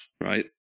right